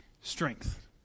strength